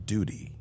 Duty